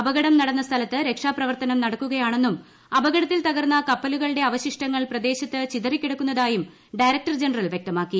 അപകടം നടന്ന സ്ഥലത്ത് രക്ഷാപ്രവർത്തനം നടക്കുകയാണെന്നും അപകടത്തിൽ തകർന്ന കപ്പലുകളുടെ അവശിഷ്ടങ്ങൾ പ്രദേശത്ത് ചിതറിക്കിടക്കുന്നതായും ഡയറക്ടർ ജനറൽ വ്യക്തമാക്കി